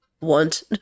want